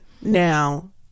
now